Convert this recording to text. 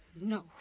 No